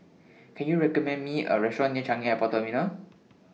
Can YOU recommend Me A Restaurant near Changi Airport Terminal